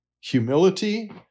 humility